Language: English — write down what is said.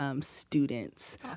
Students